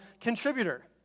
contributor